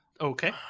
Okay